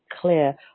clear